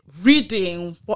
reading